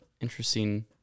interesting